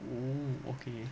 mm okay